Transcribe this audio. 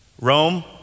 Rome